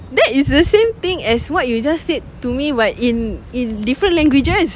that is the same thing as what you just said to me but in in different languages